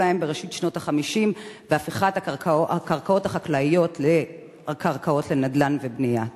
להם בראשית שנות ה-50 בהפיכת הקרקעות החקלאיות לנדל"ן ובנייה?